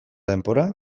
denbora